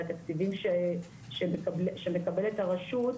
והתקציבים שמקבלת הרשות,